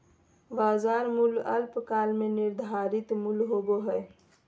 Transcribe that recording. बाजार मूल्य अल्पकाल में निर्धारित मूल्य होबो हइ